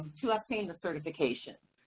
to obtain the certification.